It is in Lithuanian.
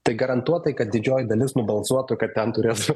tai garantuotai kad didžioji dalis nubalsuotų kad ten turėtų